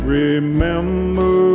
remember